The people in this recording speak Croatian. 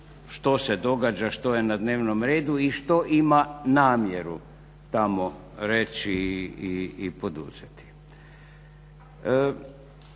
što se događa, što je na dnevnom redu i što ima namjeru tamo reći i poduzeti.